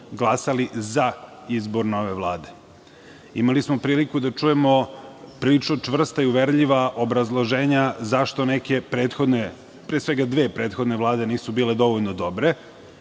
glasali za izbor nove Vlade. Imali smo priliku da čujemo prilično čvrsta i uverljiva obrazloženja zašto neke prethodne, pre svega dve prethodne vlade nisu bile dovoljno dobre.